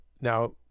now